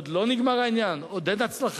עוד לא נגמר העניין, עוד אין הצלחה.